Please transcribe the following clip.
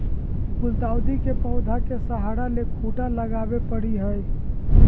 गुलदाऊदी के पौधा के सहारा ले खूंटा लगावे परई हई